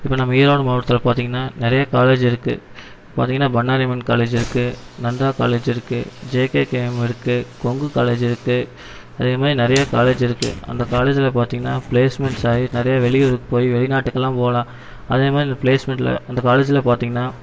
இப்போ நம்ம ஈரோடு மாவட்டத்தில் பார்த்திங்கன்னா நிறைய காலேஜ் இருக்கு பார்த்திங்கன்னா பண்ணாரி அம்மன் காலேஜ் இருக்கு நந்தா காலேஜ் இருக்கு ஜேகேகேஎம் இருக்கு கொங்கு காலேஜ் இருக்கு அதே மாதிரி நிறைய காலேஜ் இருக்கு அந்த காலேஜ்ஜில் பார்த்திங்கன்னா பிளேஸ்மெண்ட்ஸ் ஆயி நிறையா வெளி ஊருக்கு போய் வெளி நாட்டுக்கெல்லாம் போகலாம் அதே மாதிரி அந்த பிளேஸ்மெண்ட்டில் அந்த காலேஜில் பார்த்திங்கன்னா